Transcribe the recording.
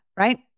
Right